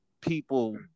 people